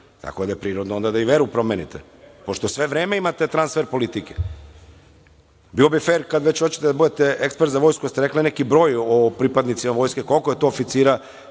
tako da je prirodno da onda i veru promenite, pošto sve vreme imate transfer politike. Bilo bi fer, kad već hoćete da budete ekspert za vojsku, da ste rekli neki broj o pripadnicima vojske, koliko je to oficira